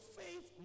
faith